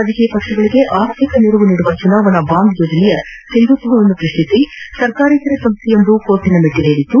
ರಾಜಕೀಯ ಪಕ್ಷಗಳಿಗೆ ಆರ್ಥಿಕ ನೆರವು ನೀಡುವ ಚುನಾವಣಾ ಬಾಂಡ್ ಯೋಜನೆಯ ಸಿಂಧುತ್ವವನ್ನು ಪ್ರಸ್ನಿಸಿ ಸರ್ಕಾರರೇತರ ಸಂಸ್ಥೆಯೊಂದು ನ್ಯಾಯಾಲಯದ ಮೆಟ್ಟಲೇರಿತ್ತು